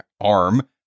arm